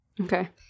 Okay